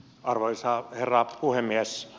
arvoisa herra puhemies